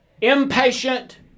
impatient